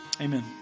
Amen